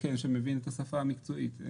שמבין את השפה המקצועית.